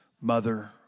mother